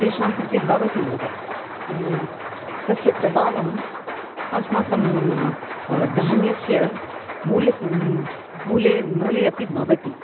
तेषां कृते भवति एव तस्य प्रभावः अस्माकं धान्यस्य मूल्यं मूले मूले अपि भवति